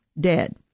dead